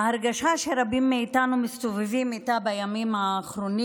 ההרגשה שרבים מאיתנו מסתובבים איתה בימים האחרונים